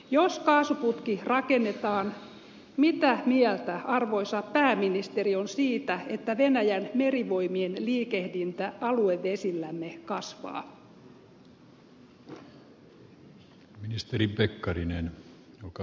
jos kaasuputki rakennetaan mitä mieltä arvoisa pääministeri on siitä että venäjän merivoimien liikehdintä aluevesillämme kasvaa